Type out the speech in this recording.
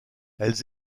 elles